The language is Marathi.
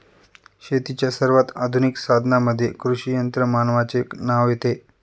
शेतीच्या सर्वात आधुनिक साधनांमध्ये कृषी यंत्रमानवाचे नाव येते